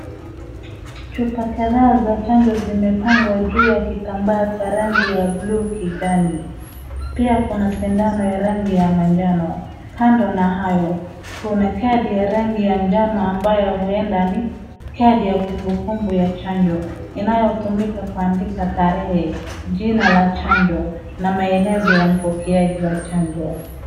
Chupa kadhaa za chanjo zimepangwa juu ya kitamba cha rangi ya buluu kijani. Pia kuna sindano ya rangi ya manjano kando na hayo ,kuna kadi ya rangi ya njano ambayo huenda ni kadi ya kumbukumbu ya chanjo inayo tumika kuandika tarehe, jina la chanjo na maelezo ya mpokeaji wa chanjo.